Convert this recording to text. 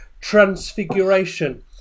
Transfiguration